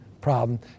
problem